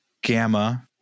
gamma